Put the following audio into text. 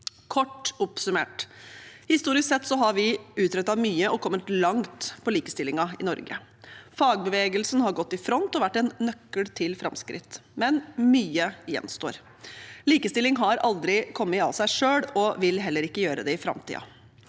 Kort oppsummert: Historisk sett har vi utrettet mye og kommet langt med likestillingen i Norge. Fagbevegelsen har gått i front og vært en nøkkel til framskritt. Men mye gjenstår. Likestilling har aldri kommet av seg selv og vil heller ikke gjøre det i framtiden.